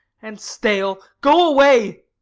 and stale. go away!